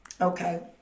Okay